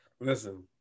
Listen